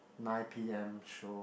nine P_M show